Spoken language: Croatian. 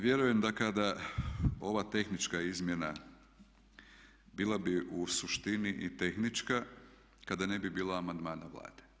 Vjerujem da kada ova tehnička izmjena bila bi u suštini i tehnička kada ne bi bilo amandmana Vlade.